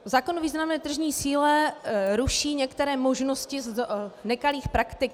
Zákon o významné tržní síle ruší některé možnosti nekalých praktik.